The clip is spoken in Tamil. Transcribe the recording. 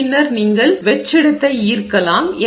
பின்னர் நீங்கள் வெற்றிடத்தை ஈர்க்கலாம் வரையலாம்